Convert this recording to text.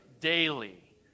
daily